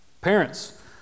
Parents